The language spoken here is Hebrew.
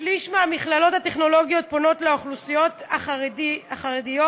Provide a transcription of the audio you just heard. שליש מהמכללות הטכנולוגיות פונות לאוכלוסיות החרדיות,